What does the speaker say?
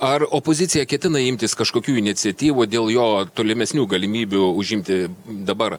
ar opozicija ketina imtis kažkokių iniciatyvų dėl jo tolimesnių galimybių užimti dabar